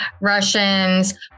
Russians